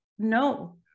No